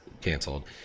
canceled